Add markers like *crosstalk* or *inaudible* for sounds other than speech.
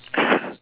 *breath*